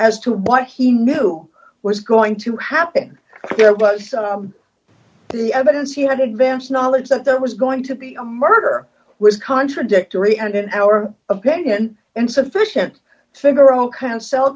as to what he knew was going to happen there was the evidence he had advance knowledge that there was going to be a murder was contradictory and in our opinion insufficient figaro